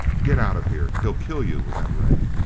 get out of here! he'll kill you with that ray!